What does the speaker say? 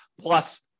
plus